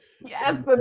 yes